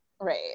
Right